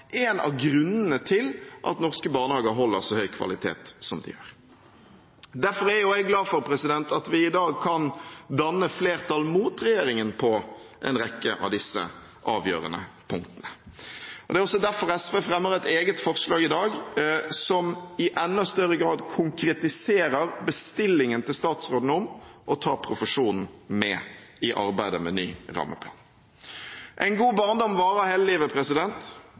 en av grunnene til at norske barnehager holder så høy kvalitet som de gjør. Derfor er jeg glad for at vi i dag kan danne flertall mot regjeringen på en rekke av disse avgjørende punktene. Det er også derfor SV fremmer et eget forslag i dag, som i enda større grad konkretiserer bestillingen til statsråden om å ta profesjonen med i arbeidet med ny rammeplan. En god barndom varer